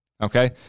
Okay